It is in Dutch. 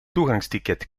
toegangsticket